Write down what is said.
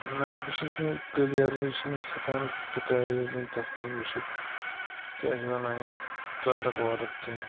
نَہ بہٕ چھَس نہٕ کٕلیَرلی چھِنہٕ أسۍ ہیٚکان سِکے یُس زَن تَتھ منٛز وُچھِتھ کیاہ چھِ وَنان یَتھ تارَک وارَک کیٚنٛہہ